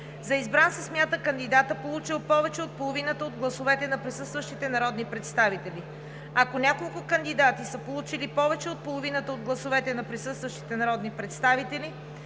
За избран се смята кандидатът, получил повече от половината от гласовете на присъстващите народни представители. Ако няколко кандидати са получили повече от половината от гласовете на присъстващите народни представители,